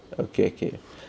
okay okay